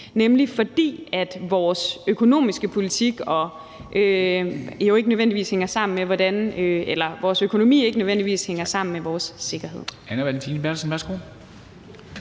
nemlig at vores økonomi ikke nødvendigvis hænger sammen med vores sikkerhed.